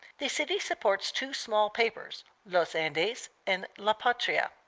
the city supports two small papers, los andes and la patria,